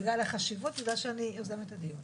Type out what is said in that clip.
בגלל החשיבות, בגלל שאני יוזמת הדיון.